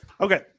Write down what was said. Okay